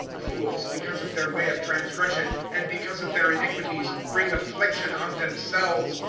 fools, because of their way of transgression. and because of their iniquities, bring affliction on them selves.